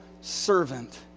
servant